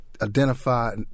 identify